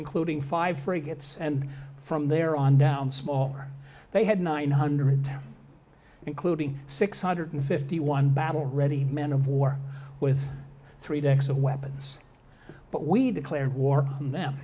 including five freight gets and from there on down smaller they had nine hundred including six hundred fifty one battle ready men of war with three decks of weapons but we declared war on them